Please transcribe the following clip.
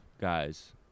guys